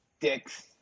dicks